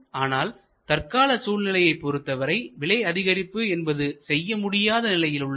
ஆனால் தற்கால சூழ்நிலையைப் பொறுத்தவரை விலை அதிகரிப்பு என்பது செய்ய முடியாத நிலையில் உள்ளது